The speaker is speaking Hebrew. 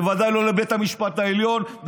בוודאי לא לבית המשפט העליון,